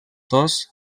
tos